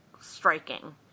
Striking